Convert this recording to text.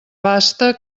basta